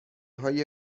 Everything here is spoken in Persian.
های